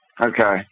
Okay